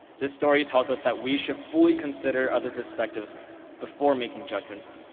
this story tells us that we should fully consider other perspectives before making judgments.